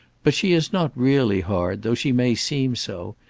but she is not really hard, though she may seem so.